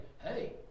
Hey